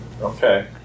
Okay